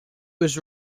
was